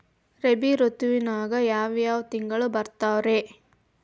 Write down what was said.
ರಾಬಿ ಋತುವಿನಾಗ ಯಾವ್ ಯಾವ್ ತಿಂಗಳು ಬರ್ತಾವ್ ರೇ?